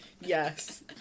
Yes